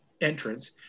entrance